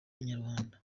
inyarwanda